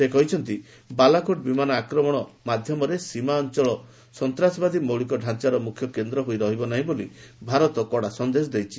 ସେ କହିଛନ୍ତି ବାଲାକୋଟ ବିମାନ ଆକ୍ରମଣ ମାଧ୍ୟମରେ ସୀମା ଅଞ୍ଚଳ ସନ୍ତାସବାଦୀ ମୌଳିକ ଢ଼ାଞ୍ଚାର ମୁଖ୍ୟ କେନ୍ଦ୍ର ହୋଇ ରହିବ ନାହିଁ ବୋଲି ଭାରତ କଡା ସନ୍ଦେଶ ଦେଇଛି